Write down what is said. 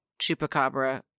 chupacabra